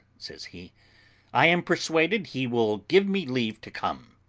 says he i am persuaded he will give me leave to come.